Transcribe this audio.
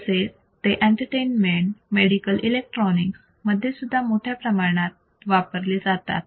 तसेच ते entertainment medical electronic मध्ये सुद्धा मोठ्या प्रमाणावर वापरले जातात